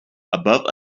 above